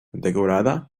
decorada